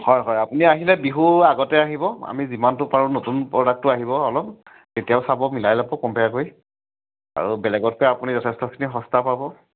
হয় হয় আপুনি আহিলে বিহুৰ আগতে আহিব আমি যিমানটো পাৰোঁ নতুন প্ৰডাক্টটো আহিব অলপ তেতিয়াও চাব মিলাই ল'ব কম্পেয়াৰ কৰি আৰু বেলেগতকৈ আপুনি যথেষ্টখিনি সস্তা পাব